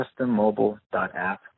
custommobile.app